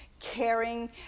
caring